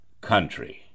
country